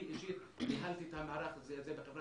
אני אישית ניהלתי את המערך הזה בחברה